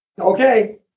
Okay